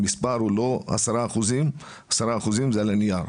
המספר הוא לא 10% - זה על הנייר.